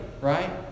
Right